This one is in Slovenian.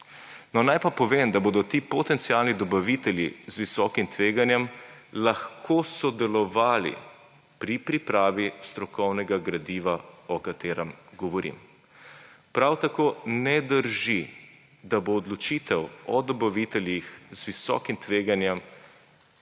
naj pa povem, da bodo ti potencialni dobavitelji z visokim tveganjem lahko sodelovali pri pripravi strokovnega gradiva, o katerem govorim. Prav tako ne drži, da bo odločitev o dobaviteljih z visokim tveganjem